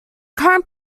current